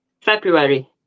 February